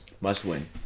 Must-win